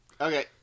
Okay